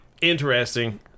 interesting